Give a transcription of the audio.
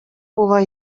була